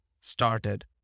started